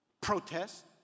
Protest